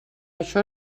això